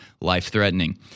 life-threatening